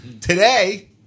today